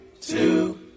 two